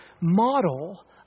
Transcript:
model